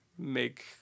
Make